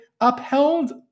upheld